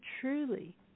truly